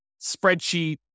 spreadsheet